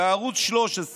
בערוץ 13